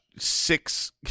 six